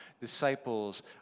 disciples